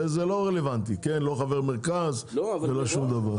זה לא רלוונטי, כן/לא חבר מרכז ולא שום דבר.